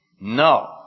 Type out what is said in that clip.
No